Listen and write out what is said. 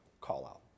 call-out